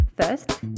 first